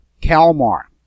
Kalmar